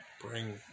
bring